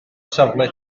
safle